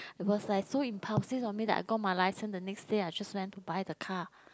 it was like so impulsive on me that I got my license the next day I just went to buy the car